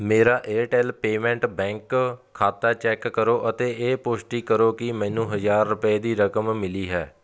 ਮੇਰਾ Airtel payment bank ਖਾਤਾ check ਕਰੋ ਅਤੇ ਇਹ ਪੁਸ਼ਟੀ ਕਰੋ ਕਿ ਮੈਨੂੰ ਹਜ਼ਾਰ ਰੁਪਏ ਦੀ ਰਕਮ ਮਿਲੀ ਹੈ